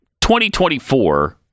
2024